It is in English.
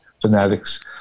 fanatics